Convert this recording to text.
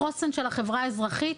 החוסן של החברה האזרחית.